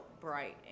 bright